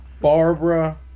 Barbara